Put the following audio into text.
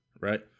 right